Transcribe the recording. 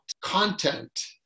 content